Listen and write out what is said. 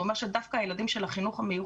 זה אומר שדווקא הילדים של החינוך המיוחד,